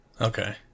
Okay